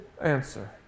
answer